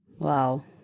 Wow